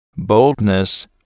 Boldness